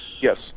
Yes